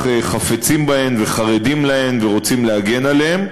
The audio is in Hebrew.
חפצים בהן וחרדים להן ורוצים להגן עליהן,